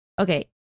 okay